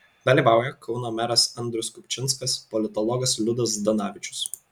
dalyvauja kauno meras andrius kupčinskas politologas liudas zdanavičius